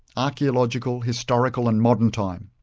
archaeological, historical and modern time'.